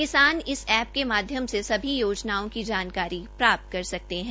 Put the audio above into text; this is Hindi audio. किसान इस ऐप के माध्यम से सभी योजनाओं को जानकारी प्राप्त कर सकते है